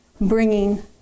bringing